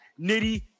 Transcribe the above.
Nitty